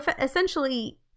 essentially